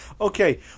okay